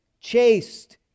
chaste